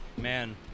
Man